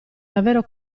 davvero